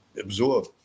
absorb